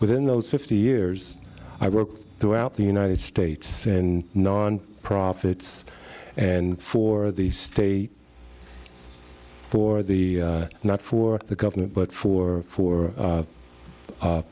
within those fifty years i worked throughout the united states in non profits and for the state for the not for the government but for four